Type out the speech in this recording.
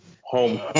home